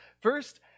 First